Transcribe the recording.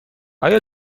آیا